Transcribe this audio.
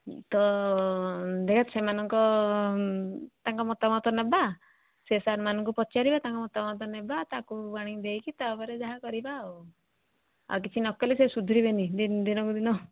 ତ ଦେହ ସେମାନଙ୍କ ତାଙ୍କ ମତାମତ ନେବା ସେ ସାର୍ ମାନଙ୍କୁ ପଚାରିବା ତାଙ୍କ ମତାମତ ନେବା ତାକୁ ଆଣିକି ଦେଇକି ତା'ପରେ ଯାହା କରିବା ଆଉ ଆଉ କିଛି ନ କଲେ ସେ ସୁଧରିବେନି ଦିନକୁ ଦିନ